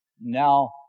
Now